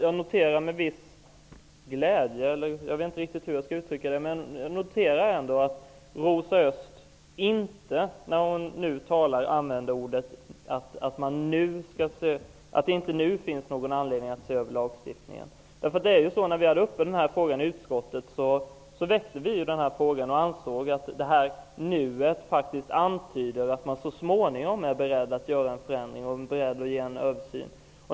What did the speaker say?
Jag noterar att Rosa Östh, när hon nu talar, inte säger att det inte ''nu'' finns någon anledning att se över lagstiftningen. När detta var uppe i utskottet väckte vi frågan och ansåg att detta ''nu'' faktiskt antyder att man så småningom är beredd att göra en förändring och en översyn.